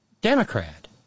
Democrat